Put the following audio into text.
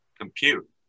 compute